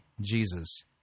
Jesus